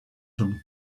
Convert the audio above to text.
from